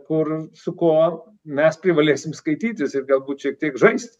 kur su kuo mes privalėsim skaitytis ir galbūt šiek tiek žaist